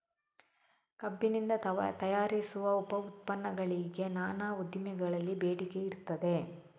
ಕಬ್ಬಿನಿಂದ ತಯಾರಿಸುವ ಉಪ ಉತ್ಪನ್ನಗಳಿಗೆ ನಾನಾ ಉದ್ದಿಮೆಗಳಲ್ಲಿ ಬೇಡಿಕೆ ಇರ್ತದೆ